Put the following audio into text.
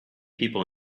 people